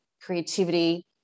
creativity